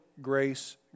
grace